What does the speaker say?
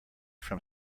from